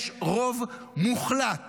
יש רוב מוחלט